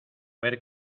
ver